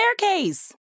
staircase